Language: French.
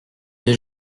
des